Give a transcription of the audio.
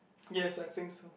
yes I think so